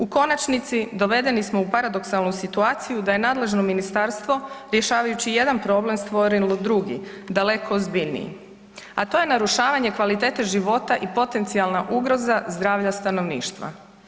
U konačnici dovedeni smo u paradoksalnu situaciju da je nadležno ministarstvo rješavajući jedan problem stvorilo drugi, daleko ozbiljniji, a to je narušavanje kvalitete života i potencijalna ugroza zdravlja stanovništva.